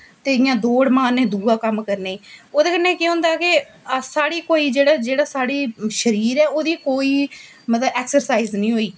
ते इ'यां दौड़ मारने दूआ कम्म करने गी ओह्दे कन्नै केह् होंदा के साढ़ी जेह्ड़ा कोई साढ़ी शरीर ऐ ओह्दी कोई मतलब कोई ऐक्सरसाइज निं होई